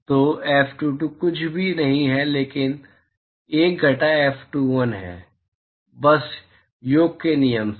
तो F22 कुछ भी नहीं है लेकिन 1 घटा F21 है बस योग के नियम से